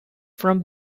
from